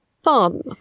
fun